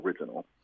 original